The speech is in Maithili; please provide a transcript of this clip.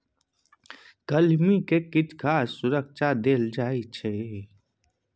कलमी मे किछ खास सुरक्षा देल जाइ छै